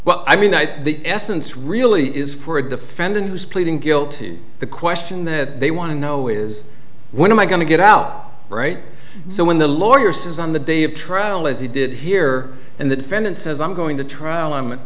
well i mean i think the essence really is for a defendant who's pleading guilty the question that they want to know is what am i going to get out right so when the lawyer says on the day of trial as he did here in the defendant says i'm going to trial i